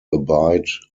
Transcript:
abide